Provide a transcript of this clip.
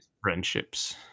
friendships